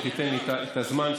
אם תיתן לי את הזמן,